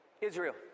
Israel